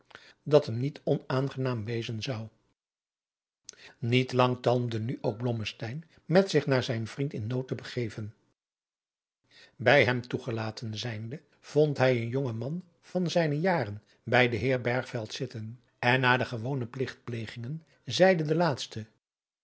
dat hem niet onaangenaam wezen zou niet lang talmde nu ook blommesteyn met zich naar zijn vriend in nood te begeven bij hem toegelaten zijnde vond hij een jongman van zijne jaren bij den heer bergveld zitten en na de gewone pligtplegingen zeide de laatste